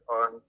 on